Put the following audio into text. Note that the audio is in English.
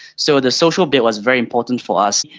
so the social bit was very important for us.